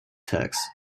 texts